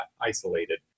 isolated